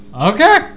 Okay